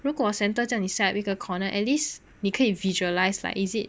如果 center 这里 set up 一个 a corner at least 你可以 visualize like is it